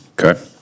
Okay